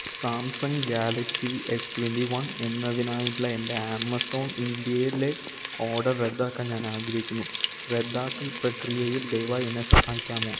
Samsung Galaxy S twenty one എന്നതിനായുള്ള എൻ്റെ Amazon ഇൻഡ്യയിലെ ഓർഡർ റദ്ദാക്കാൻ ഞാൻ ആഗ്രഹിക്കുന്നു റദ്ദാക്കൽ പ്രക്രിയയിൽ ദയവായി എന്നെ സഹായിക്കാമോ